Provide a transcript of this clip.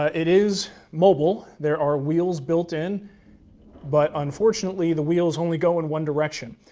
it is mobile, there are wheels built in but unfortunately the wheels only go in one direction,